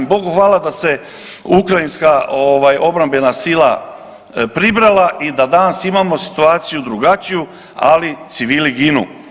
Bogu hvala da se ukrajinska obrambena sila pribrala i da danas imamo situaciju drugačiju, ali civili ginu.